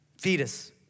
Fetus